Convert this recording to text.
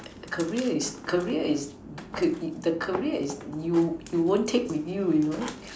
career is career is ca~ the career is you you won't take with you you know